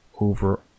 over